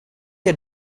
ger